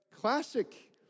classic